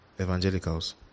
evangelicals